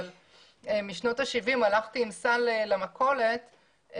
הלכתי עם סל למכולת,